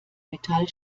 metall